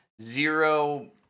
zero